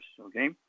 Okay